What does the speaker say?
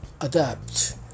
adapt